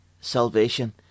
salvation